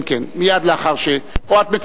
אני באמת רוצה